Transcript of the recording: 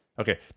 Okay